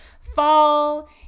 fall